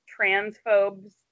transphobes